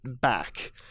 back